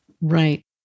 Right